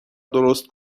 درست